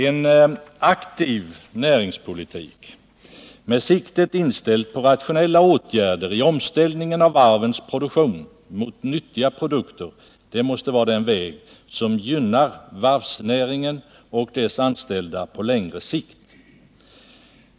En aktiv näringspolitik med siktet inställt på rationella åtgärder i omställningen av varvens produktion mot nyttiga produkter måste vara den väg som gynnar varvsnäringen och dess anställda på längre sikt.